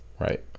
Right